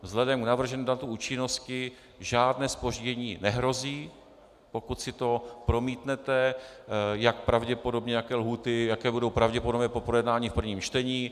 Vzhledem k navrženému datu účinnosti žádné zpoždění nehrozí, pokud si to promítnete, jak pravděpodobně, jaké lhůty, jaké budou pravděpodobně po projednání v prvním čtení.